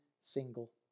single